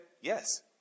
yes